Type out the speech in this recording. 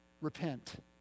repent